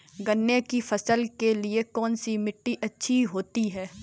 गन्ने की फसल के लिए कौनसी मिट्टी अच्छी होती है?